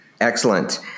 Excellent